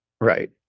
Right